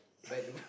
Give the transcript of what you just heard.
bite the